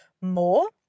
more